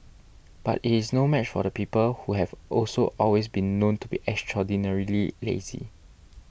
but it's no match for the people who have also always been known to be extraordinarily lazy